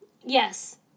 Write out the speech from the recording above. Yes